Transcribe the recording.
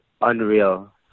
unreal